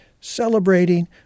celebrating